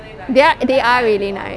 they are they are really nice